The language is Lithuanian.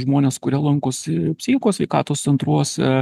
žmones kurie lankosi psichikos sveikatos centruose